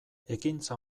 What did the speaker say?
ekintza